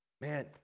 man